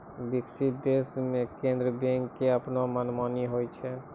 विकसित देशो मे केन्द्रीय बैंको के अपनो मनमानी होय छै